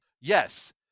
yes